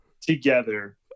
together